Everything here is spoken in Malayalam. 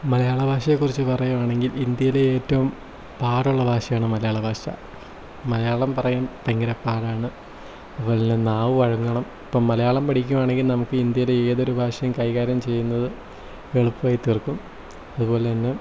മലയാള ഭാഷയെ കുറിച്ച് പറയുകയാണെങ്കിൽ ഇന്ത്യയിൽ ഏറ്റവും പാടുള്ള ഭാഷയാണ് മലയാള ഭാഷ മലയാളം പറയാൻ ഭയങ്കര പാടാണ് അതുപോലെന്നെ നാവ് വഴങ്ങണം ഇപ്പം മലയാളം പഠിക്കുവാണെങ്കിൽ നമുക്ക് ഇന്ത്യയിലെ ഏതൊരു ഭാഷയും കൈകാര്യം ചെയ്യുന്നത് എളുപ്പമായി തീർക്കും അതുപോലെന്നെ